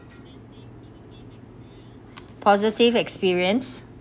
positive experience